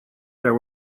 there